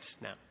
Now